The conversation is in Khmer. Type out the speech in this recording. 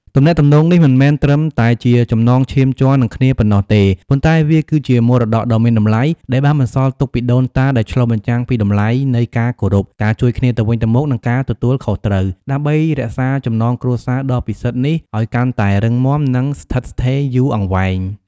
ទំនាក់ទំនងនេះមិនមែនត្រឹមតែជាចំណងឈាមជ័រនឹងគ្នាប៉ុណ្ណោះទេ ប៉ុន្តែវាគឺជាមរតកដ៏មានតម្លៃ ដែលបានបន្សល់ទុកពីដូនតា ដែលឆ្លុះបញ្ចាំងពីតម្លៃនៃការគោរព ការជួយគ្នាទៅវិញទៅមក និងការទទួលខុសត្រូវ ដើម្បីរក្សាចំណងគ្រួសារដ៏ពិសិដ្ឋនេះឱ្យកាន់តែរឹងមាំ និងស្ថិតស្ថេរយូរអង្វែង។